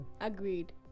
Agreed